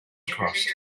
crossed